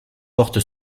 porte